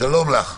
שלום לכולם.